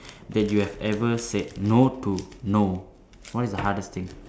that you have ever said no to no what is the hardest thing